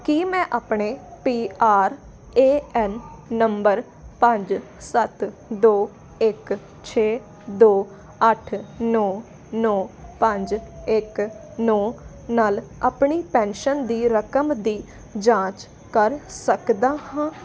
ਕੀ ਮੈਂ ਆਪਣੇ P R A N number ਪੰਜ ਸੱਤ ਦੋ ਇੱਕ ਛੇ ਦੋ ਅੱਠ ਨੌਂ ਨੌਂ ਪੰਜ ਇੱਕ ਨੌਂ ਨਾਲ ਆਪਣੀ ਪੈਨਸ਼ਨ ਦੀ ਰਕਮ ਦੀ ਜਾਂਚ ਕਰ ਸਕਦਾ ਹਾਂ